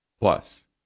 Plus